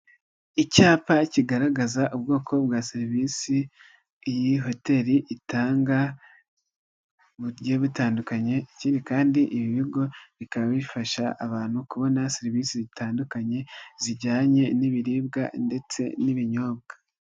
Icyapa kigaragaza ubwoko bwa serivisi iyi hoteri itanga bugiye butandukanye ikindi kandi ibi bigo bikaba bifasha abantu kubona serivisi zitandukanye zijyanye n'ibiribwa ndetse n'ibinyobwa.